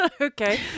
okay